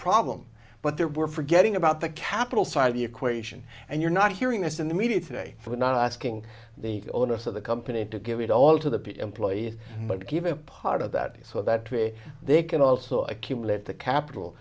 problem but there were forgetting about the capital side of the equation and you're not hearing this in the media today for not asking the owners of the company to give it all to the p employee but to give a part of that so that way they can also accumulate the capital